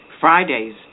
Fridays